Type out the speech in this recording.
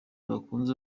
bakunze